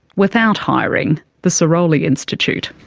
without hiring the sirolli institute.